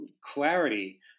clarity